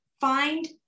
find